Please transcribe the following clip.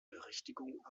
berichtigung